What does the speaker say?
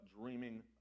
dreaming